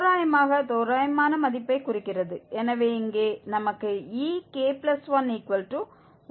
தோராயமாக தோராயமான மதிப்பைக் குறிக்கிறது எனவே இங்கே நமக்கு ek112gek2 கிடைத்தது